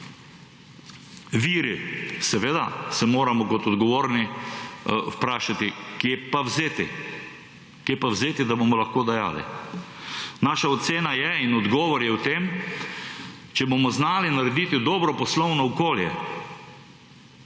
Viri. Seveda se moramo kot odgovorni vprašati, kje pa vzeti. Kje pa vzeti, da bomo lahko dajali. Naša ocena je in odgovor je v tem. Če bomo znali narediti dobro poslovno okolje,